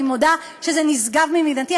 אני מודה שזה נשגב מבינתי.